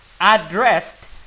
addressed